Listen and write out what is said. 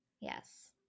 Yes